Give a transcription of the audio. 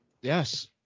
yes